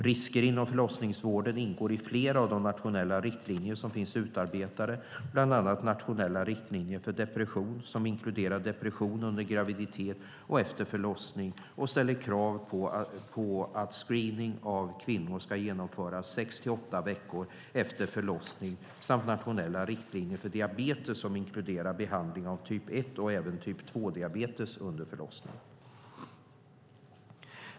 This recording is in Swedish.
Risker inom förlossningsvården ingår i flera av de nationella riktlinjer som finns utarbetade, bland annat nationella riktlinjer för depression som inkluderar depression under graviditet och efter förlossning och ställer krav på att screening av kvinnor ska genomföras sex till åtta veckor efter förlossning samt nationella riktlinjer för diabetes som inkluderar behandling av diabetes typ 1 och även typ 2 under förlossning.